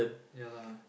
ya lah